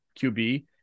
QB